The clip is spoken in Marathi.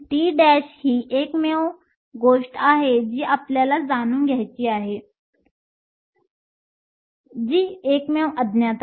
तर T‵ ही एकमेव गोष्ट आहे जी आपल्याला जाणून घ्यायची आहे ती एकमेव अज्ञात आहे